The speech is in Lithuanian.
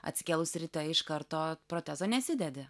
atsikėlus ryte iš karto protezo nesidedi